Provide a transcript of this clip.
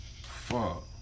Fuck